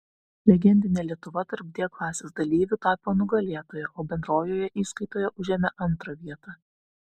legendinė lietuva tarp d klasės dalyvių tapo nugalėtoja o bendrojoje įskaitoje užėmė antrą vietą